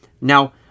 now